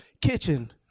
kitchen